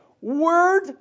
word